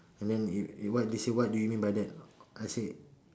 and then if if what they say what do you mean by that I say